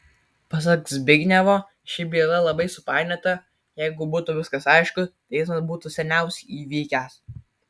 pasak zbignevo ši byla labai supainiota jeigu būtų viskas aišku teismas būtų seniausiai įvykęs